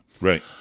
right